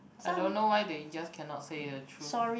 I don't know why they just cannot say the truth